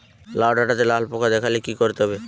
লাউ ডাটাতে লাল পোকা দেখালে কি করতে হবে?